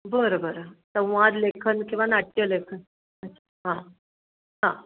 बरं बरं संवाद लेखन किंवा नाट्यलेखन अच्छा हां हां